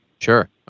Sure